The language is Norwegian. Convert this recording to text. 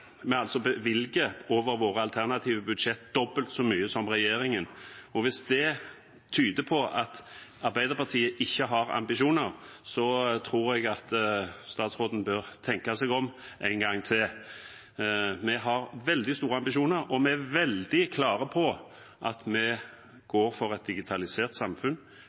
vi over våre alternative budsjetter bevilger dobbelt så mye som regjeringen, og hvis det tyder på at Arbeiderpartiet ikke har ambisjoner, tror jeg at statsråden bør tenke seg om en gang til. Vi har veldig store ambisjoner, og vi er veldig klare på at vi går for et digitalisert samfunn.